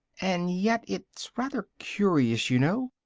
and yet it's rather curious, you know,